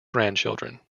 grandchildren